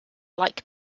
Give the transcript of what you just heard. like